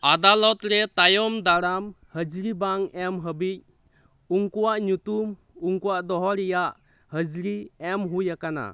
ᱟᱫᱟᱞᱚᱛ ᱨᱮ ᱛᱟᱭᱚᱢ ᱫᱟᱨᱟᱢ ᱦᱟᱹᱡᱨᱤ ᱵᱟᱝ ᱮᱢ ᱦᱟᱹᱵᱤᱡ ᱩᱱᱠᱩᱣᱟᱜ ᱧᱩᱛᱩᱢ ᱩᱱᱠᱩ ᱫᱚᱦᱚ ᱨᱮᱭᱟᱜ ᱦᱟᱹᱡᱨᱤ ᱮᱢ ᱦᱩᱭ ᱟᱠᱟᱱᱟ